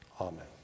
Amen